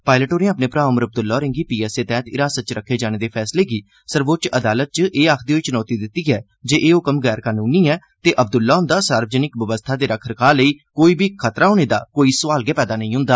पायलट होरें अपने भ्राह् ओमर अब्दुल्ला होरें'गी पी एस एफ तैहत हिरासत च रक्खे जाने दे फैसले गी सर्वोच्च अदालत च एह् आखदे होई चुनौती दित्ती ऐ जे एह् ह्क्म गैर कानूनी ऐ ते अब्द्र्ल्ला हृंदा सार्वजनिक बवस्था दे रक्ख रखाव लेई कोई बी खतरा होने दा कोई सोआल गै नेईं पैदा हंदा